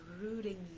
rooting